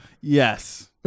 Yes